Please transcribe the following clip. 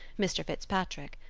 mr. fitzpatrick.